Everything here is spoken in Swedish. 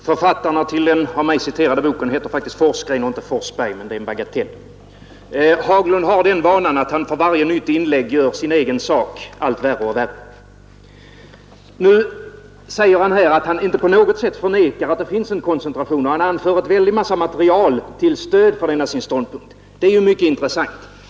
Fru talman! Författarna till den av mig citerade boken heter faktiskt Forsgren och inte Forsberg — men det är ju en bagatell. Herr Haglund har den vanan att han för varje nytt inlägg gör sin egen sak allt värre. Nu säger han att han inte på något sätt förnekar att det finns en maktkoncentration, och han anför en mängd material till stöd för denna sin ståndpunkt. Det är ju mycket intressant.